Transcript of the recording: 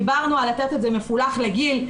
דיברנו על לתת את זה מפולח לגיל.